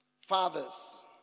fathers